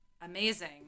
amazing